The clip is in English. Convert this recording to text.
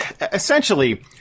essentially